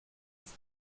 ist